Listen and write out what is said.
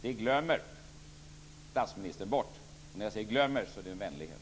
Det glömmer statsministern bort. När jag säger glömmer är det en vänlighet.